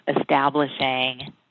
establishing